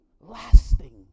lasting